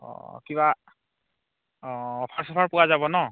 অ' কিবা অ' অফাৰ চফাৰ পোৱা যাব ন